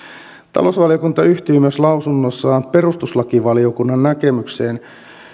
talousvaliokunta yhtyy myös lausunnossaan perustuslakivaliokunnan näkemykseen